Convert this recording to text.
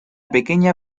pequeña